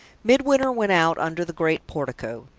midwinter went out under the great portico.